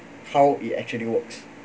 how it actually works